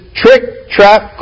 trick-trap